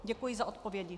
Děkuji za odpovědi.